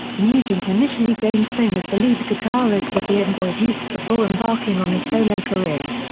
nugent initially gained fame as the lead guitarist of the amboy dukes before embarking on a solo career.